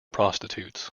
prostitutes